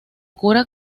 cura